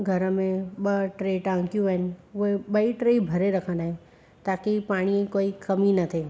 घर में ॿ टे टांकियूं आहिनि उहे ॿई टेई भरे रखंदा आहियूं ताक़ी पाणी जी कोई कमी नथे